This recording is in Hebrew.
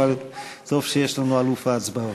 אבל טוב שיש לנו אלוף ההצבעות.